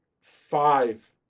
five